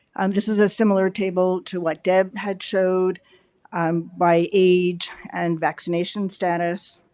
this is a similar table to what deb had showed um by age and vaccination status.